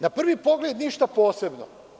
Na prvi pogled, ništa posebno.